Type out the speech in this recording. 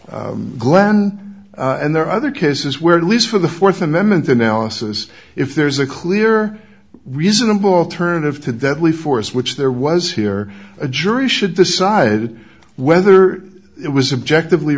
sated glenn and there are other cases where at least for the fourth amendment analysis if there's a clear reasonable alternative to deadly force which there was here a jury should decide whether it was subjective